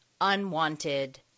unwanted